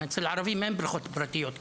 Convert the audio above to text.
אצל הערבים אין כמעט בריכות פרטיות.